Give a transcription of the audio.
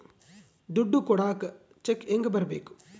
ದುಡ್ಡು ಕೊಡಾಕ ಚೆಕ್ ಹೆಂಗ ಬರೇಬೇಕು?